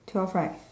twelve right